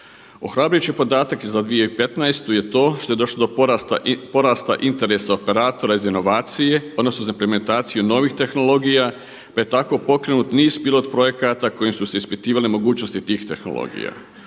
Ohrabrit će podatak i za 2015. je to što je došlo do porasta interes operatora za inovacije odnosno za implementaciju novih tehnologija pa je tako pokrenut niz pilot projekata kojim su se ispitivale mogućnosti tih tehnologija.